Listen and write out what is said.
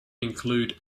include